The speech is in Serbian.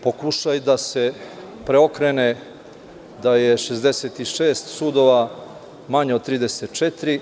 Pokušaj da se preokrene da je 66 sudova manje od 34.